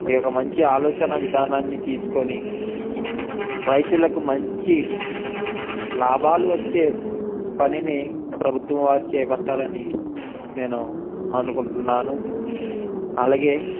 ఈ యొక్క మంచి ఆలోచన విధానాన్ని తీసుకొని రైతులకు మంచి లాభాలు వచ్చే పనిని ప్రభుత్వం వారు చేపట్టాలని నేను అనుకుంటున్నాను అలాగే